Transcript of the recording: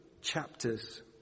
chapters